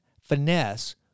finesse